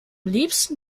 liebsten